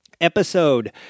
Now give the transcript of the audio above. Episode